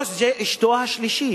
3. זו אשתו השלישית,